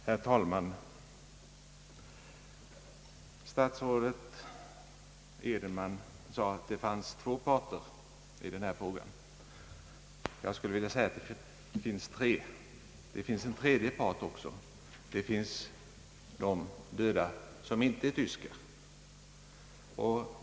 Herr talman! Herr statsrådet Edenman sade att det fanns två parter i denna fråga — jag skulle vilja säga att det också finns en tredje part. Det finns ju de döda som inte är tyskar.